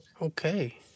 okay